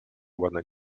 ładne